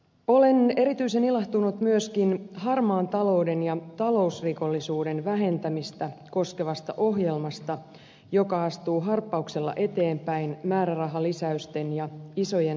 olen erityisen ilahtunut myöskin harmaan talouden ja talousrikollisuuden vähentämistä koskevasta ohjelmasta joka astuu harppauksella eteenpäin määrärahalisäysten ja isojen lainsäädäntöhankkeiden myötä